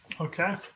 Okay